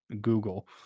Google